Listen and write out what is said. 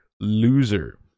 loser